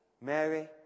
Mary